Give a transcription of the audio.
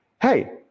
hey